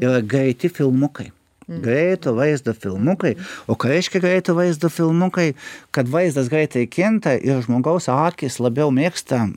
yra greiti filmukai greito vaizdo filmukai o ką reiškia greito vaizdo filmukai kad vaizdas greitai kinta ir žmogaus akys labiau mėgsta